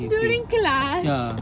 during class